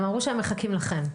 הם אמרו שהם מחכים לכם.